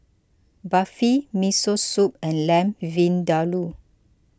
Barfi Miso Soup and Lamb Vindaloo